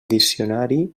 diccionari